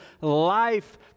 life